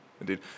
indeed